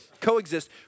coexist